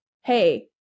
hey